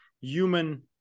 human